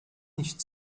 nicht